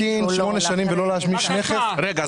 -- אבל להמתין שמונה שנים ולא להשמיש נכס --- רגע,